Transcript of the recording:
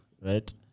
right